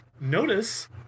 notice